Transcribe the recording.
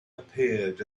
appeared